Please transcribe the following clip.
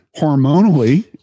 hormonally